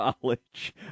College